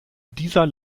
dieser